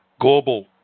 global